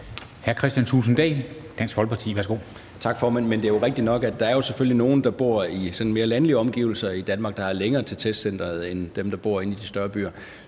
US 58 Kristian Thulesen Dahl (DF): Tak, formand. Det er jo rigtigt nok, at der selvfølgelig er nogle, der bor i mere landlige omgivelser i Danmark, som har længere til testcenteret end dem, der bor inde i de større byer.